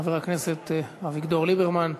חבר הכנסת אביגדור ליברמן,